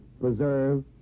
preserve